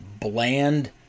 bland